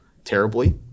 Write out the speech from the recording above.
terribly